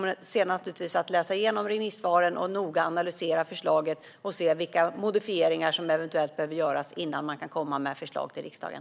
Sedan kommer vi att läsa igenom remissvaren och noggrant analysera förslaget och se vilka modifieringar som eventuellt behöver göras innan ett förslag kan läggas fram för riksdagen.